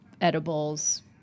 edibles